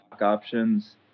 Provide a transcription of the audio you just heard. options